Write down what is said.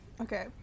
Okay